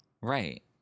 right